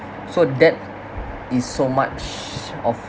so that is so much of